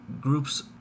groups